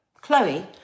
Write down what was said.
Chloe